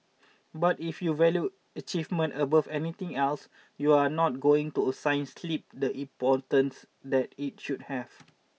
but if you value achievement above everything else you're not going to assign sleep the importance that it should have